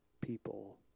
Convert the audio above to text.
people